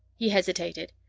he hesitated.